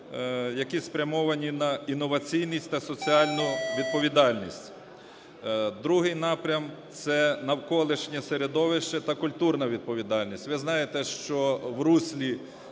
Другий напрям – це навколишнє середовище та культурна відповідальність. Ви знаєте, що в руслі